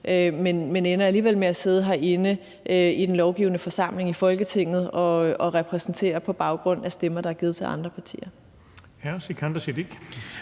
men ender alligevel med at sidde herinde i den lovgivende forsamling, i Folketinget, og repræsentere på baggrund af stemmer, der er givet til andre partier.